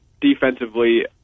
defensively